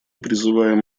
призываем